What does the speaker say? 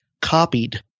copied